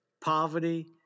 poverty